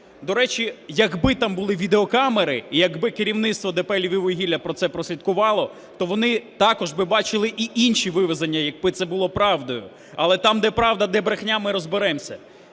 До речі, якби там були відеокамери і якби керівництво ДП "Львіввугілля" про це прослідкувало, то вони також би бачили і інші вивезення, якби це було правдою. Але там де правда, де брехня – ми розберемося.